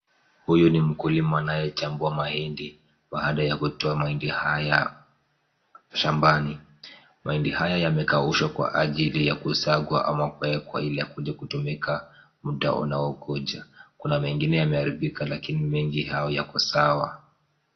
Huyu ni mkulima anayechambua mahindi, baada ya kutoa mahindi haya, shambani, mahindi haya yamekaushwa kwa ajili ya kusagwa ama kuwekwa ili yakuje kutumika muda unaokuja, kuna mengine yameharibika lakini mengi hayo yako sawa.